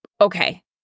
okay